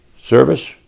service